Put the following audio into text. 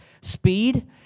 speed